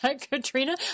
Katrina